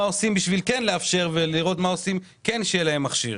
עושים כדי כן לאפשר ומה עושים כדי שכן יהיה להם מכשיר.